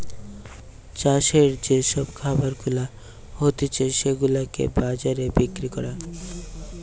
চাষের যে সব খাবার গুলা হতিছে সেগুলাকে বাজারে বিক্রি করা